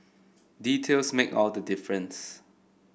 details make all the difference